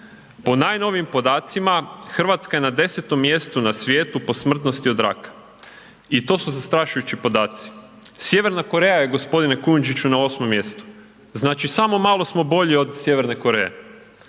najnovijim podacima RH je na 10. mjestu na svijetu po smrtnosti od raka i to su zastrašujući podaci. Sjeverna Koreja je g. Kujundžiću na 8. mjestu, znači samo malo smo bolji od Sjeverne Koreje.